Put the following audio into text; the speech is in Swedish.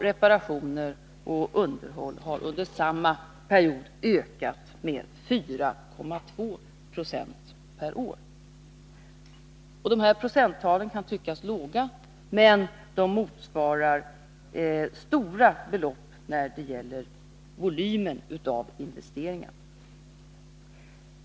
Reparationer och underhåll har under samma period ökat med 4,2 96 per år. De här procenttalen kan tyckas låga, men de motsvarar stora belopp när det gäller volymen av investeringar.